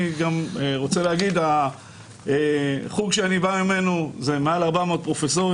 אני רוצה לומר שהחוג שאני בא ממנו מונה מעל 400 פרופסורים